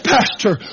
Pastor